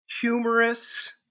humorous